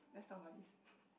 let's talk about this